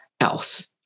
else